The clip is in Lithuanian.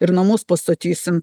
ir namus pastatysim